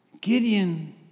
Gideon